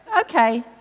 Okay